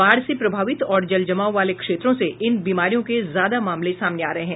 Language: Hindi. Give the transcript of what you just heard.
बाढ़ से प्रभावित और जल जमाव वाले क्षेत्रों से इन बीमारियों के ज्यादा मामले सामने आ रहे हैं